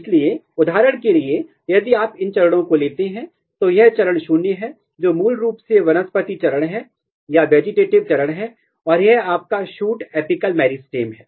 इसलिए उदाहरण के लिए यदि आप इन चरणों को लेते हैं तो यह चरण शून्य है जो मूल रूप से वनस्पति चरण है और यह आपका शूट एपिकल मेरिस्टम है